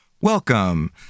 Welcome